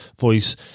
voice